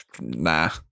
nah